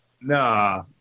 Nah